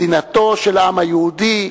מדינתו של העם היהודי,